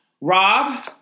rob